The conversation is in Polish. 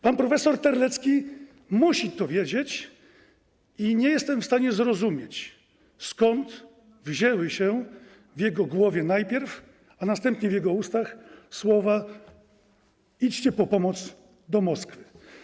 Pan prof. Terlecki musi to wiedzieć i nie jestem w stanie zrozumieć, skąd wzięły się najpierw w jego głowie, a następnie w jego ustach słowa: idźcie po pomoc do Moskwy.